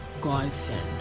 godsend